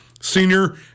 senior